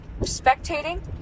spectating